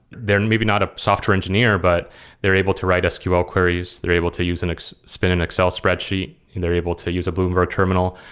they're and maybe not a software engineer, but they're able to write sql queries. they're able to use and spin an excel spreadsheet, and they're able to use a bloomberg terminal.